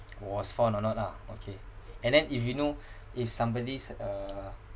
was found or not lah okay and then if you know if somebody's uh